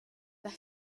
that